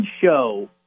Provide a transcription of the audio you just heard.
show